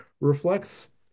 reflects